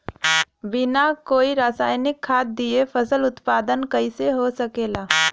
बिना कोई रसायनिक खाद दिए फसल उत्पादन कइसे हो सकेला?